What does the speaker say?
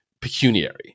pecuniary